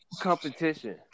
competition